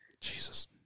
Jesus